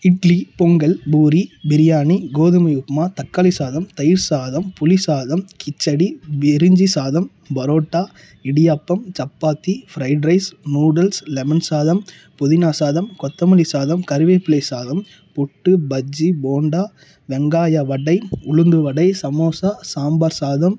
இட்லி பொங்கல் பூரி பிரியாணி கோதுமை உப்புமா தக்காளி சாதம் தயிர் சாதம் புளிசாதம் கிச்சடி பிரிஞ்சி சாதம் parotta idiyappam chapati fried rice noodles lemon சாதம் புதினா சாதம் கொத்தமல்லி சாதம் கருவேப்பிலை சாதம் புட்டு பஜ்ஜி போண்டா வெங்காய வடை உளுந்துவடை சமோசா சாம்பார் சாதம்